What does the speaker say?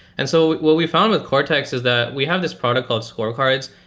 and so what we found with cortex is that we have this product called score cards,